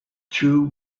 two